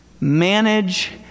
manage